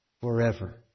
forever